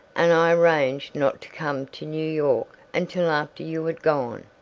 and i arranged not to come to new york until after you had gone.